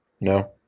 No